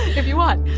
if you want.